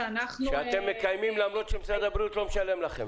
אתם מקיימים למרות שמשרד הבריאות לא משלם לכם,